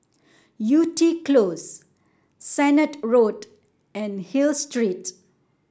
Yew Tee Close Sennett Road and Hill Street